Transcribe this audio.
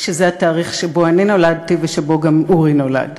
שזה התאריך שבו אני נולדתי ושבו גם אורי נולד.